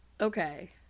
Okay